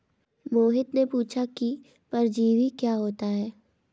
मोहित ने पूछा कि परजीवी क्या होता है?